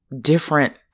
different